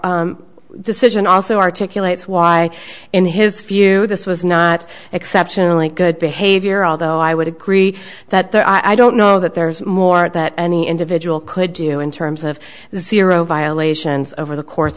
court's decision also articulate why in his few this was not exceptionally good behavior although i would agree that there i don't know that there is more that any individual could do in terms of zero violations over the course